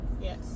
yes